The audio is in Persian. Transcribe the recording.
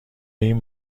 این